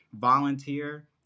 volunteer